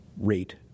rate